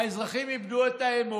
האזרחים איבדו את האמון,